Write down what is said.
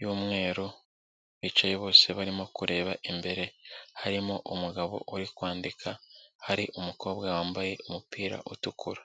y'umweru, bicaye bose barimo kureba imbere, harimo umugabo uri kwandika, hari umukobwa wambaye umupira utukura.